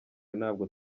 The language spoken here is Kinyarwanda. ntabwo